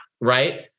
Right